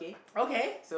okay